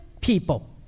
people